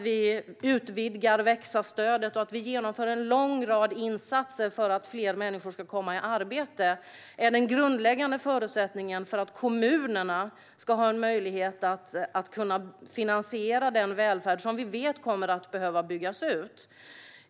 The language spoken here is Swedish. Vi utvidgar växa-stödet och genomför en lång rad insatser för att fler människor ska komma i arbete, och detta är den grundläggande förutsättningen för att kommunerna ska ha en möjlighet att finansiera den välfärd som vi vet kommer att behöva byggas ut.